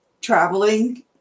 traveling